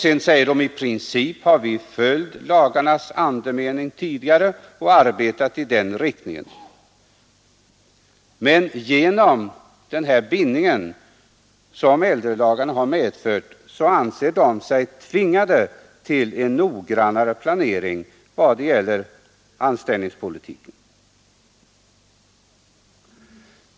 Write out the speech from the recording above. Sedan säger de: I princip har vi följt lagarnas andemening tidigare och arbetat i den riktningen, men genom den bindning som äldrelagarna har medfört anser vi oss tvingade till en noggrannare planering av anställningspolitiken.